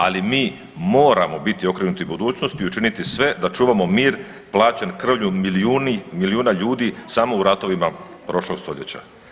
Ali mi moramo biti okrenuti budućnosti i učiniti sve da čuvamo mir plaćen krvlju milijuna ljudi samo u ratovima prošlog stoljeća.